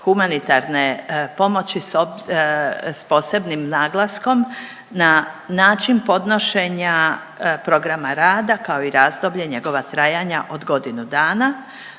humanitarne pomoći s posebnim naglaskom na način podnošenja programa rada, kao i razdoblje njegova trajanja od godinu dana,